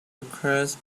requires